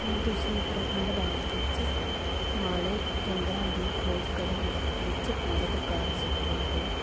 ਕੀ ਤੁਸੀਂ ਉਤਰਾਖੰਡ ਰਾਜ ਵਿੱਚ ਵਾਲੇ ਕੇਂਦਰਾਂ ਦੀ ਖੋਜ ਕਰਨ ਵਿੱਚ ਮਦਦ ਕਰ ਸਕਦੇ ਹੋ